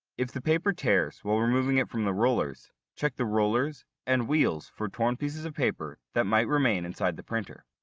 if the paper tears while removing it from the rollers, check the rollers and wheels for torn pieces of paper that might remain inside the printer.